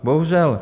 Bohužel.